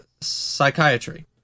psychiatry